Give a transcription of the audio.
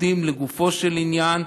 עובדים לגופו של עניין.